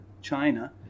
China